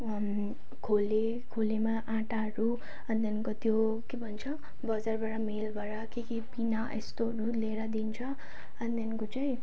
खोले खोलेमा आँटाहरू अनि त्यहाँदेखिको त्यो के भन्छ बजारबाट मेलबाट के के पिना यस्तोहरू ल्याएर दिन्छ अनि त्यहाँदेखिको चाहिँ